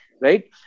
Right